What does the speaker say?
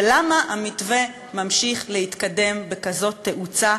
ולמה המתווה ממשיך להתקדם בכזאת תאוצה